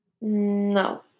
no